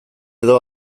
edo